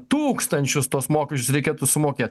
tūkstančius tuos mokesčius reikėtų sumokėt